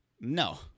no